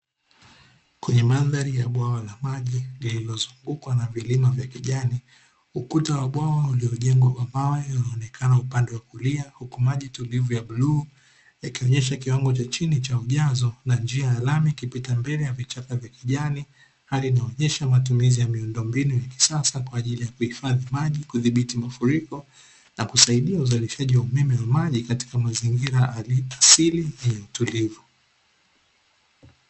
Kwenye mandhari la bwawa la maji lililozungukwa na vilima vya kijani, ukuta wa bwawa uliojengwa na mawe yanaonekana upande wa kulia huku maji tulivu ya bluu yakionyesha kiwango cha chini cha ujazo na njia ya lami ikipita mbele ya vichaka vya kijani. Hali inayoonyesha matumizi ya miundombinu ya kisasa kwa ajili ya kuhifadhi maji, kudhibiti mafuriko na kusaidia uzalishaji wa umeme wa maji; katika mazingira ya ardhi asili yenye utulivu.